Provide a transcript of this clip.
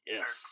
Yes